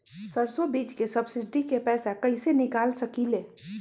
सरसों बीज के सब्सिडी के पैसा कईसे निकाल सकीले?